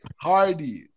Hardy